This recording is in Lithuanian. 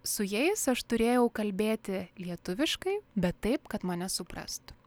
su jais aš turėjau kalbėti lietuviškai bet taip kad mane suprastų